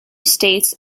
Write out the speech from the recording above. states